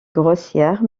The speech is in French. grossière